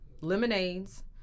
Lemonades